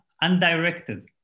undirected